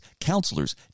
counselors